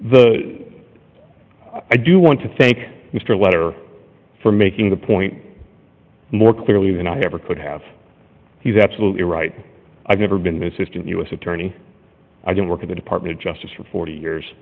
the i do want to thank mr letter for making the point more clearly than i ever could have he's absolutely right i've never been mrs u s attorney i don't work at the department of justice for forty years